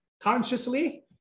consciously